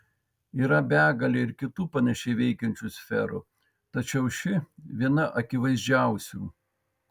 yra begalė ir kitų panašiai veikiančių sferų tačiau ši viena akivaizdžiausių